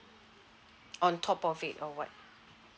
on top of it or what